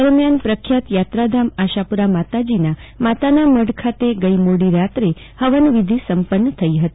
દરમિયાન પ્રખ્યાત યાત્રાધામ આશાપુરા માતાજીના માતાના મઢ ખાતે ગઈ મોડી રાત્રે હવનવિધિ સંપન્ન થઈ હતી